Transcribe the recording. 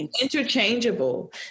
interchangeable